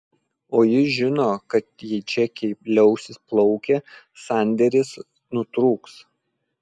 o jis žino kad jei čekiai liausis plaukę sandėris nutrūks